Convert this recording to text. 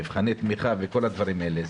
מבחני תמיכה וכל הדברים האלה,